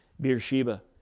Beersheba